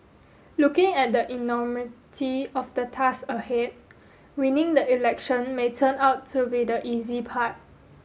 looking at the enormity of the tasks ahead winning the election may turn out to be the easy part